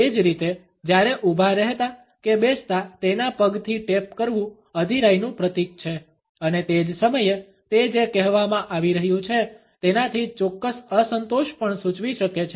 એ જ રીતે જ્યારે ઊભા રહેતા કે બેસતા તેના પગથી ટેપ કરવું અધીરાઈનું પ્રતીક છે અને તે જ સમયે તે જે કહેવામાં આવી રહ્યું છે તેનાથી ચોક્કસ અસંતોષ પણ સૂચવી શકે છે